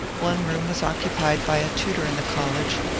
one room was occupied by a tutor in the college,